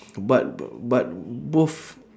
but b~ but both